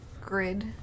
grid